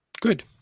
good